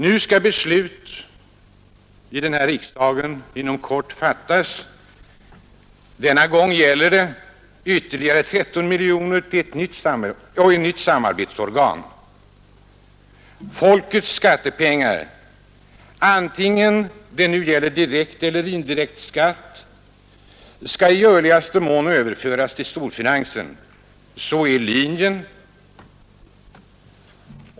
Nu skall ett nytt beslut fattas. Denna gång gäller det ytterligare 13 miljoner och ett nytt samarbetsorgan. Folkets skattepengar, vare sig det nu är fråga om direkt eller indirekt skatt, skall i görligaste mån överföras till storfinansen — det är linjen.